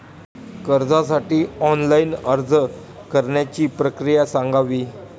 कर्जासाठी ऑनलाइन अर्ज करण्याची प्रक्रिया सांगावी